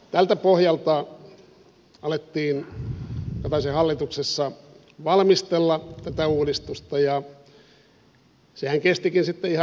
tältä pohjalta alettiin kataisen hallituksessa valmistella tätä uudistusta ja sehän kestikin sitten ihan reippaasti